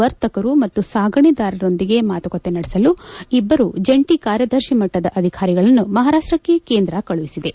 ವರ್ತಕರು ಮತ್ತು ಸಾಗಣೆದಾರರೊಂದಿಗೆ ಮಾತುಕತೆ ನಡೆಸಲು ಇಬ್ಬರು ಜಿಂಟಿ ಕಾರ್ಯದರ್ಶಿ ಮಟ್ಟದ ಅಧಿಕಾರಿಗಳನ್ನು ಮಹಾರಾಷ್ಟ್ರಕ್ಕೆ ಕೇಂದ್ರ ಕಳುಹಿಸಿದೆ